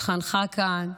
התחנכה כאן.